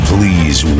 Please